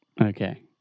Okay